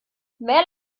wähle